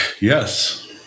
yes